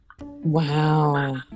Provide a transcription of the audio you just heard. Wow